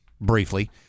Briefly